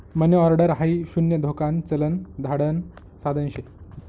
मनी order हाई शून्य धोकान चलन धाडण साधन शे